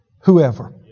whoever